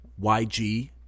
YG